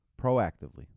Proactively